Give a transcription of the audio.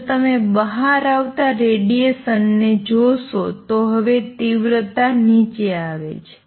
જો તમે બહાર આવતાં રેડિએશન ને જોશો તો હવે તીવ્રતા નીચે આવે છે